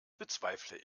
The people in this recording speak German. bezweifle